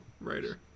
writer